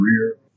career